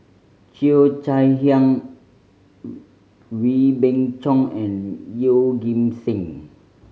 Cheo Chai Hiang Wee Beng Chong and Yeoh Ghim Seng